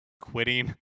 quitting